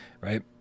right